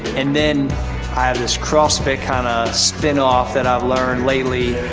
and then i have this crossfit kind of spinoff that i learned lately.